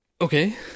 Okay